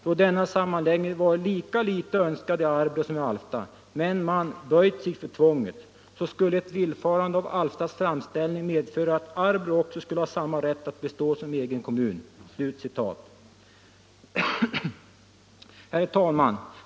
Då denna sammanläggning varit lika litet önskad i Arbrå som i Alfta, men man böjt sig för tvånget, så skulle ett villfarande av Alftas framställning medföra att Arbrå också skulle ha samma rätt att bestå som egen kommun.” Herr talman!